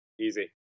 Easy